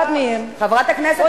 אחד מהם, חברת הכנסת מיכאלי, זה מיותר.